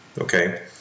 okay